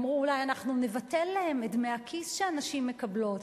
אמרו: אולי אנחנו נבטל להן את דמי הכיס שהנשים מקבלות.